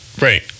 Right